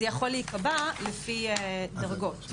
זה יכול להיקבע לפי דרגות.